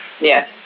Yes